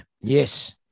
Yes